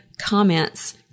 comments